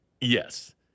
Yes